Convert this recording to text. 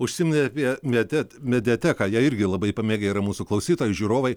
užsiminėt apie media mediateką ją irgi labai pamėgę yra mūsų klausytojai žiūrovai